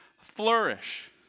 flourish